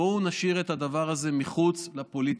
בואו נשאיר את הדבר הזה מחוץ לפוליטיקה.